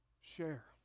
share